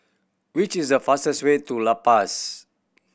which is the fastest way to La Paz